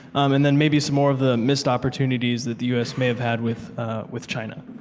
and then maybe some more of the missed opportunities that the us may have had with with china.